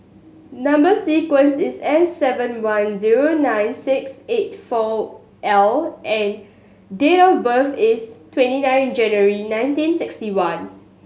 number sequence is S seven one zero nine six eight four L and date of birth is twenty nine January nineteen sixty one